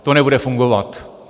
To nebude fungovat.